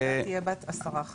הוועדה המשותפת תהיה בת עשרה חברים,